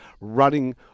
running